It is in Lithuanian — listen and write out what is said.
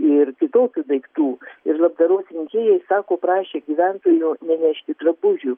ir kitokių daiktų ir labdaros rinkėjai sako prašę gyventojų nenešti drabužių